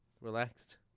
Relaxed